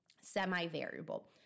semi-variable